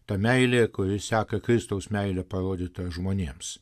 ta meilė kuri seka kristaus meilę parodytą žmonėms